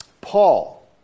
Paul